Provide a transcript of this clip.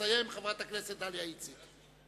ותסיים חברת הכנסת דליה איציק.